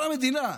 כל המדינה,